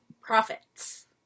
Profits